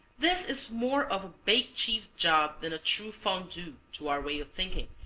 this is more of a baked cheese job than a true fondue, to our way of thinking,